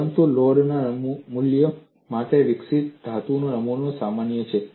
પરંતુ લોડ ના મૂલ્ય માટે વિકસિત તાણ ધાતુના નમૂનામાં સમાન છે